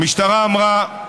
המשטרה אמרה,